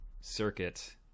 Circuit